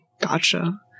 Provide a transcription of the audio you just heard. Gotcha